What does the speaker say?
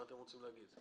מה אתם רוצים להגיד?